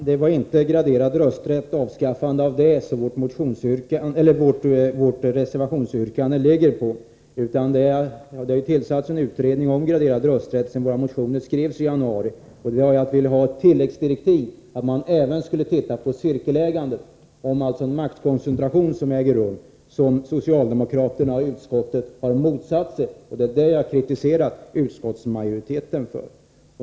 Herr talman! Det är inte ett avskaffande av den graderade rösträtten som vårt reservationsyrkande gäller. Det har ju tillsatts en utredning om den graderade rösträtten sedan våra motioner skrevs i januari. Vi vill att denna utredning genom tilläggsdirektiv skall få i uppdrag att även studera cirkelägandet och den maktkoncentration som äger rum. Detta har socialdemokraterna i utskottet motsatt sig, och det är det som jag har kritiserat utskottsmajoriteten för.